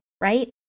right